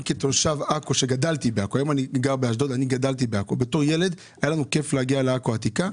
אני גדלתי בעכו ובתור ילד היה לנו כיף להגיע לעכו העתיקה,